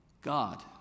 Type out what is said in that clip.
God